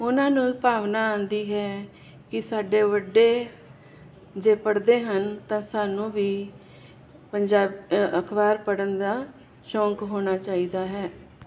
ਉਹਨਾਂ ਨੂੰ ਭਾਵਨਾ ਆਉਂਦੀ ਹੈ ਕਿ ਸਾਡੇ ਵੱਡੇ ਜੇ ਪੜਦੇ ਹਨ ਤਾਂ ਸਾਨੂੰ ਵੀ ਪੰਜਾ ਅਖਬਾਰ ਪੜ੍ਨ ਦਾ ਸ਼ੌਂਕ ਹੋਣਾ ਚਾਹੀਦਾ ਹੈ